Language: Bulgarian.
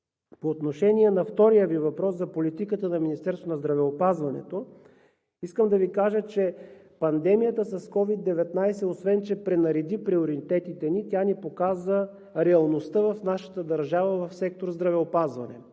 По отношение на втория Ви въпрос за политиката на Министерството на здравеопазването искам да Ви кажа, че пандемията с COVID-19, освен че пренареди приоритетите ни, тя ни показа реалността в нашата държава в сектор „Здравеопазване“.